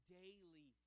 daily